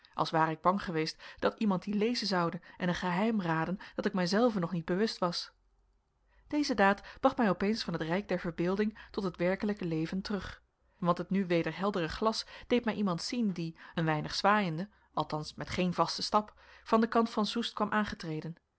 als ware ik bang geweest dat iemand die lezen zoude en een geheim raden dat ik mijzelven nog niet bewust was deze daad bracht mij opeens van het rijk der verbeelding tot het werkelijke leven terug want het nu weder heldere glas deed mij iemand zien die een weinig zwaaiende althans met geen vasten stap van den kant van soest kwam aangetreden